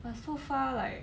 but so far like